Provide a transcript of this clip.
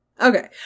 Okay